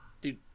dude